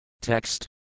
Text